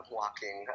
walking